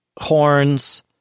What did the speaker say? horns